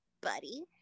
buddy